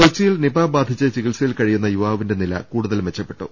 കൊച്ചിയിൽ നിപ ബാധിച്ച് ചികിത്സയിൽ കഴിയുന്ന യുവാ വിന്റെ നില കൂടുതൽ മെച്ചപ്പെട്ടു